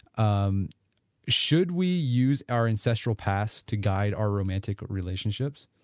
um should we use our ancestral past to guide our romantic relationships?